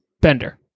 Bender